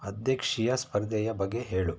ಅಧ್ಯಕ್ಷೀಯ ಸ್ಪರ್ಧೆಯ ಬಗ್ಗೆ ಹೇಳು